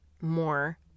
more